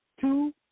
two